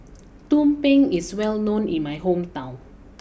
Tumpeng is well known in my hometown